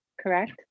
correct